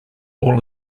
all